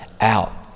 out